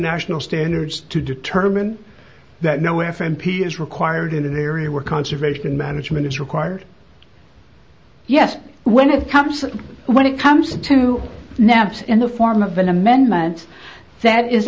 national standards to determine that no f m p is required in an area where conservation management is required yes when it comes when it comes to naps in the form of an amendment that is